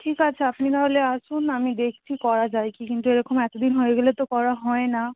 ঠিক আছে আপনি না হলে আসুন আমি দেখছি করা যায় কি কিন্তু এরকম এত দিন হয়ে গেলে তো করা হয় না